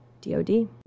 DOD